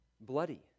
bloody